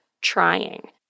trying